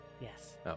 Yes